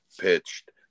pitched